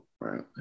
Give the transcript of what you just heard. right